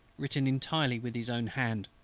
written entirely with his own hand.